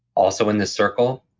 also in this circle,